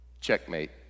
Checkmate